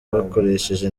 bakoresheje